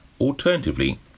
Alternatively